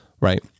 right